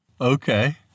Okay